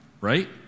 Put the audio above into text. Right